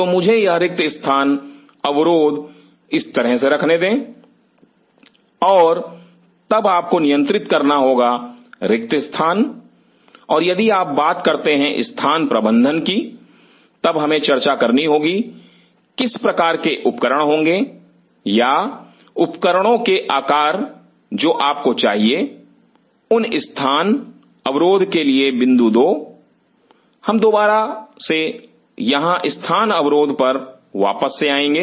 तो मुझे यह रिक्त स्थान अवरोध इस तरह से रखने दें और तब आपको नियंत्रित करना होगा रिक्त स्थान और यदि आप बात करते हैं स्थान प्रबंधन की तब हमें चर्चा करनी होगी किस प्रकार के उपकरण होंगे या उपकरणों के आकार जो आपको चाहिए उन स्थान अवरोध के लिए बिंदु 2 हम दोबारा से यहां स्थान अवरोध पर वापस से आएँगे